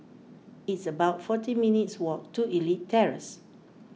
it's about forty minutes' walk to Elite Terrace